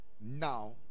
Now